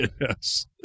Yes